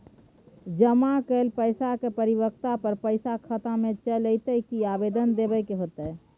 जमा कैल पैसा के परिपक्वता पर पैसा खाता में चल अयतै की आवेदन देबे के होतै?